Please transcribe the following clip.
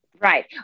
Right